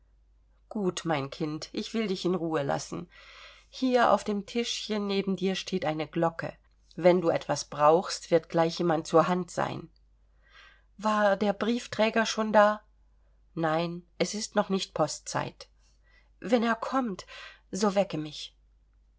gut mein kind ich will dich in ruhe lassen hier auf dem tischchen neben dir steht eine glocke wenn du etwas brauchst wird gleich jemand zur hand sein war der briefträger schon da nein es ist noch nicht postzeit wenn er kommt so wecke mich